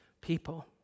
people